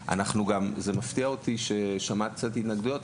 - לכן זה מפתיע אותי ששמעת קצת התנגדויות.